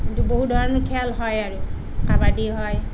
বহু ধৰণৰ খেল হয় আৰু কাবাডী হয়